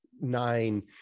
nine